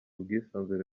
ubwisanzure